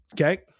Okay